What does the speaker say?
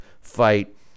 fight